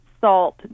salt